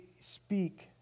speak